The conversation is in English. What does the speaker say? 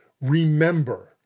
remember